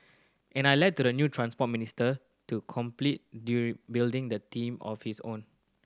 and I led to the new Transport Minister to complete building a team on his own